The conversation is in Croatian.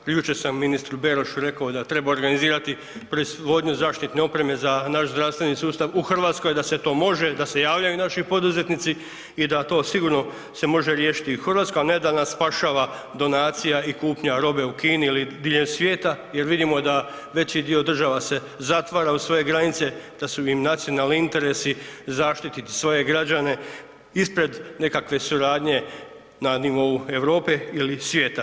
Jučer sam ministru Berošu rekao da treba organizirati proizvodnju zaštitne opreme za naš zdravstveni sustav u RH, da se to može, da se javljaju naši poduzetnici i da to sigurno se može riješiti i u RH, a ne da nas spašava donacija i kupnja robe u Kini ili diljem svijeta jer vidimo da veći dio država se zatvara u svoje granice, da su im nacionalni interesi da zaštiti svoje građane ispred nekakve suradnje na nivou Europe ili svijeta.